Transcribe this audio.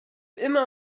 immer